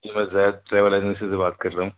جی میں Zaid travel agency سے بات کر رہا ہوں